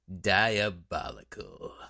Diabolical